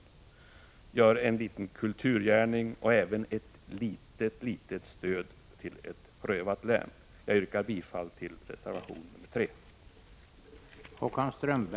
Ni gör då en liten kulturgärning och ger dessutom ett litet stöd till ett prövat län. Jag yrkar bifall till reservation nr 3.